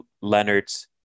Leonard's